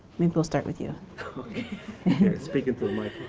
maybe we'll start with you. okay. here speak into